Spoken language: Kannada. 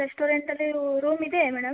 ರೆಸ್ಟೋರೆಂಟಲ್ಲಿ ರೂಮ್ ಇದೆ ಮೇಡಮ್